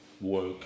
work